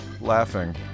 laughing